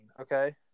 okay